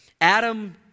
Adam